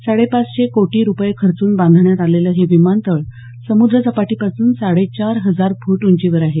साडेपाचशे कोटी रुपये खर्चून बांधण्यात आलेलं हे विमानतळ समुद्रसपाटीपासून साडेचार हजार फूट उंचीवर आहे